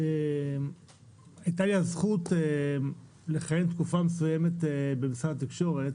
הייתה לי הזכות לכהן תקופה מסוימת במשרד התקשורת.